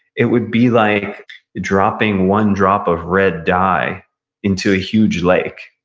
it would be like dropping one drop of red dye into a huge lake